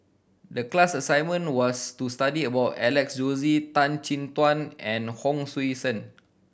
the class assignment was to study about Alex Josey Tan Chin Tuan and Hon Sui Sen